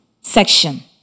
section